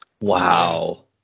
Wow